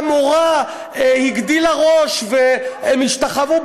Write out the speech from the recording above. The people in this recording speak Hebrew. והמורה הגדילה ראש, והם השתחוו.